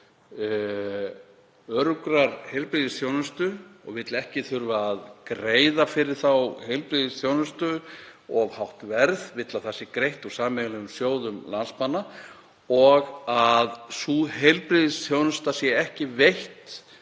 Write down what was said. öruggrar heilbrigðisþjónustu, og vill ekki þurfa að greiða fyrir þá heilbrigðisþjónustu of hátt verð, vill að það sé greitt úr sameiginlegum sjóðum landsmanna og að sú heilbrigðisþjónusta sé ekki veitt